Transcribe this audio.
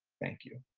thank you.